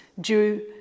due